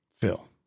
Phil